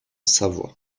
savoie